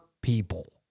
people